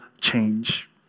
change